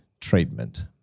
treatment